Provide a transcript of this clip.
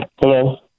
Hello